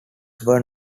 were